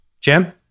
Jim